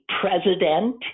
president